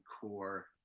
core